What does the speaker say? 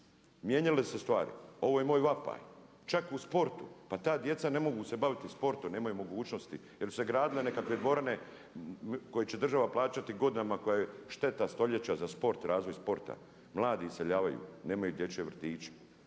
mijenjale su se stvari. Ovo je moj vapaj. Čak u sportu, pa ta djeca ne mogu se baviti sportom, nemaju mogućnosti jer su se gradile nekakve dvorane koje će država plaćati godinama, koje je šteta stoljeća za sport, razvoj sporta. Mladi iseljavaju nemaju dječje vrtiće.